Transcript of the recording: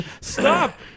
Stop